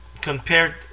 Compared